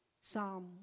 Psalm